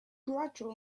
gradual